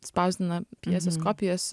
spausdina pjesės kopijas